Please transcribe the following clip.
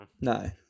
No